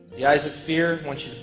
the eyes of fear wants you